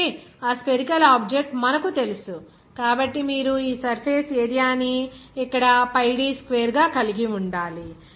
కాబట్టి ఆ spherical object మనకు తెలుసు కాబట్టి మీరు ఈ సర్ఫేస్ ఏరియా ని ఇక్కడ pi d స్క్వేర్గా కలిగి ఉండాలి